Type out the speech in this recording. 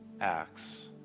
Acts